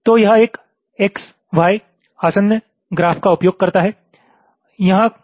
तो यह एक X Y आसन्न ग्राफ का उपयोग करता है